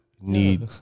need